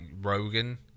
Rogan